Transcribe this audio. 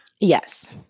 Yes